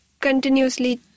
continuously